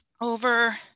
over